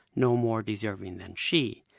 no more deserving than she.